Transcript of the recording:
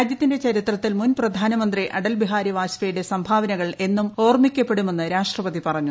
രാജ്യത്തിന്റെ ചരിത്രത്തിൽ മുൻ പ്രധാനമന്ത്രി അടൽബിഹാരി വാജ്പേയുടെ സംഭാവനകൾ എന്നും ഓർമ്മിക്കപ്പെടുമെന്ന് രാഷ്ട്രപതി പറഞ്ഞു